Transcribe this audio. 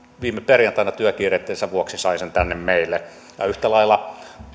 viime perjantaina työkiireittensä vuoksi sai sen tänne meille ja yhtä lailla